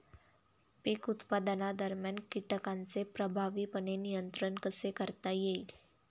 पीक उत्पादनादरम्यान कीटकांचे प्रभावीपणे नियंत्रण कसे करता येईल?